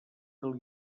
del